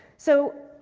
so,